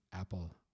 apple